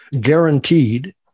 guaranteed